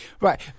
right